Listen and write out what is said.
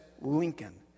Lincoln